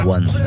One